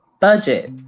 Budget